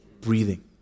breathing